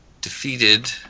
defeated